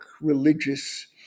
religious